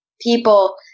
people